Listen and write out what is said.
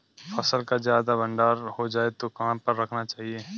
फसल का ज्यादा भंडारण हो जाए तो कहाँ पर रखना चाहिए?